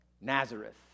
Nazareth